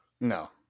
No